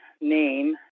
name